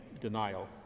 denial